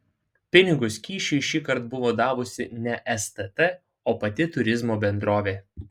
pinigus kyšiui šįkart buvo davusi ne stt o pati turizmo bendrovė